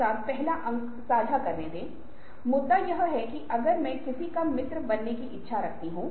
इस स्थिति का उल्टा मतलब है की आप कम भावनात्मक बुद्धि रखते हैं